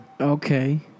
Okay